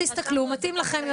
תסתכלו, מתאים לכם?